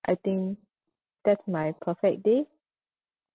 I think that's my perfect day